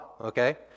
okay